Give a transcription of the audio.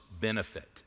benefit